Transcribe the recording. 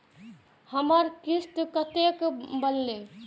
हमर किस्त कतैक बनले?